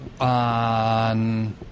on